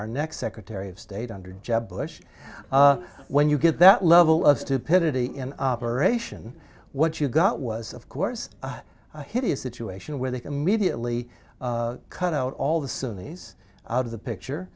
our next secretary of state under jeb bush when you get that level of stupidity in operation what you got was of course hideous situation where they can immediately cut out all the sunnis out of the picture